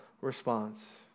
response